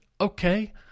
okay